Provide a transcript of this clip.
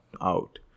out